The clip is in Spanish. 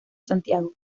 santiago